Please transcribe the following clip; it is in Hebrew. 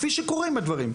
כפי שקורה עם הדברים.